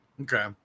okay